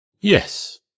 Yes